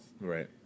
Right